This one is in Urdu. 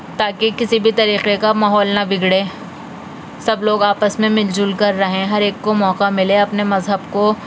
تاکہ کسی بھی طریقے کا ماحول نہ بگڑے سب لوگ آپس میں مل جھل کر رہیں ہر ایک کو موقع ملے اپنے مذہب کو